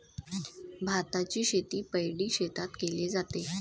भाताची शेती पैडी शेतात केले जाते